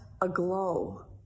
aglow